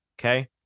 Okay